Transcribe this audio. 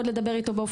כידוע לכם,